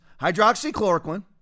hydroxychloroquine